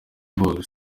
byose